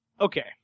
Okay